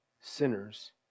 sinners